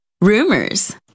rumors